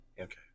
Okay